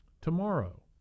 tomorrow